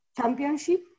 Championship